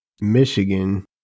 Michigan